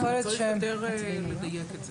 צריך יותר לדייק את זה.